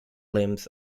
limbs